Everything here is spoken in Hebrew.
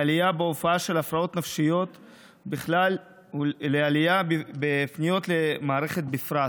לעלייה בהופעה של הפרעות נפשיות בכלל ולעלייה בפניות למערכת בפרט